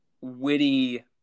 witty